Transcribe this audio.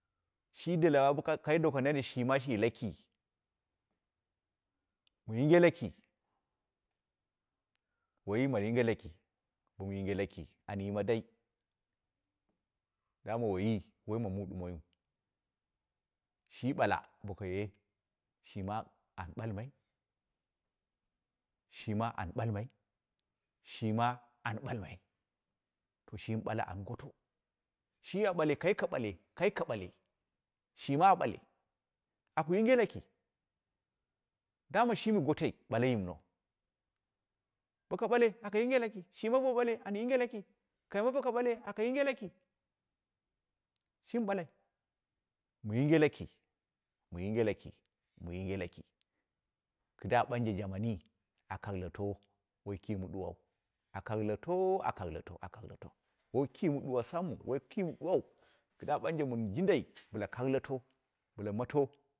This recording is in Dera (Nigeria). Shi ɗɨlagha kai ka daka shi laki wu yinge laki, wai ma yinge laki bowu yinge laki an ying dui dama waiyi woima muu dumoiwu, shi ɓala bokaye, shima an ɓalmai, shima an balmai, shi ma an ɓalmai, to shimi ɓala an goto, shi a ɓale, kai ka ɓale kai ka ɓale, shima a bale, aku yinge laki, dama shimi gotoi ɓale yimno, boka ɓale aka yinge laki, shima bo bale an yinge laki kaima boka bale aka yinge laki shimi bakai mu yinge laki, mu yinge laki, mu yinge laki, kɨɗa banje jemenyi a kaileto woi kii ma duwai, a kallato, ai kailuto, a kailuto, wai kii ma duwa sam'u, ai kii ma duwau kidu ɓanje mɨn jindei, ɓɨla kai lata to bɨla mato.